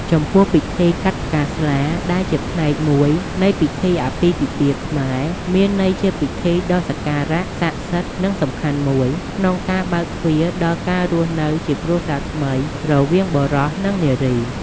ចំពោះ ពិធីកាត់ផ្កាស្លា ដែលជាផ្នែកមួយនៃពិធីអាពាហ៍ពិពាហ៍ខ្មែរ មានន័យជាពិធីដ៏សក្ការៈសក្កសិទ្ធិ និងសំខាន់មួយ ក្នុងការបើកទ្វារដល់ការរស់នៅជាគ្រួសារថ្មីរវាងបុរសនិងនារី។